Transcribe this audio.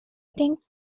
think